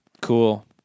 Cool